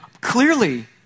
Clearly